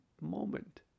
moment